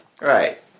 Right